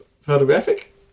photographic